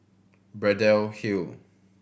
Braddell Hill